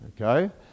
Okay